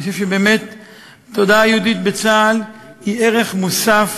אני חושב שבאמת התודעה היהודית בצה"ל היא ערך מוסף